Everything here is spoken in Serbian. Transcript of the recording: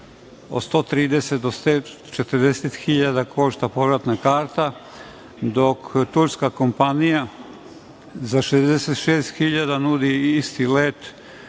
od 130.000 do 140.000 košta povratna karta, dok turska kompanija za 66.000 nudi isti let?